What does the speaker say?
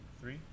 Three